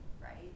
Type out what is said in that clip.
right